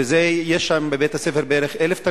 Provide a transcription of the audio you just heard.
יש שם בבית-הספר בערך 1,000 תלמידים,